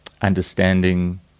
understanding